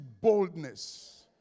boldness